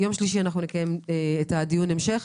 ביום שלישי נקיים דיון המשך.